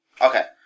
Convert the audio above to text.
Okay